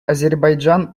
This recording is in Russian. азербайджан